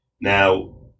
Now